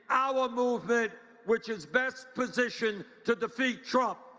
our movement, which is best positioned to defeat trump.